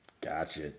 Gotcha